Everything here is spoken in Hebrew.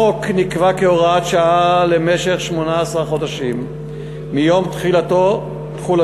החוק נקבע כהוראת שעה למשך 18 חודשים מיום תחילתו,